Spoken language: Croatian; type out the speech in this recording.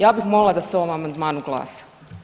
Ja bih molila da se o ovom amandmanu glasa.